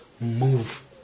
Move